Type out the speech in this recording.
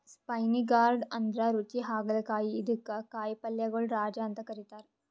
spiny gourd ಅಂದ್ರ ರುಚಿ ಹಾಗಲಕಾಯಿ ಇದಕ್ಕ್ ಕಾಯಿಪಲ್ಯಗೊಳ್ ರಾಜ ಅಂತ್ ಕರಿತಾರ್